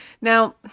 Now